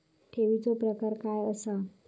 ठेवीचो प्रकार काय असा?